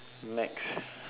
next